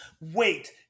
Wait